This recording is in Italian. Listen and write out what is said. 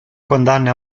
condanne